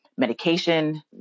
medication